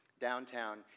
downtown